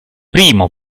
primo